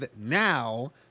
now